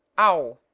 o